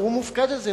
הוא מופקד על זה,